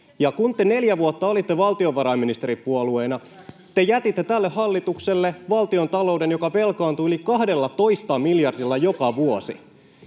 ja kun te neljä vuotta olitte valtiovarainministeripuolueena, te jätitte tälle hallitukselle valtiontalouden, joka velkaantuu yli 12 miljardilla joka vuosi.